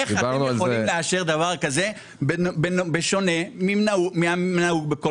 איך אתם יכולים לאשר דבר שהוא שונה מהנהוג בכל